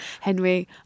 Henry